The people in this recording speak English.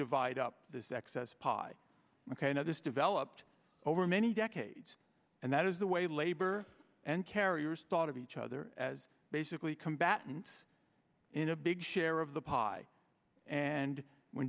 divide up this excess pot ok now this developed over many decades and that is the way labor and carriers thought of each other as basically combatants in a big share of the pie and when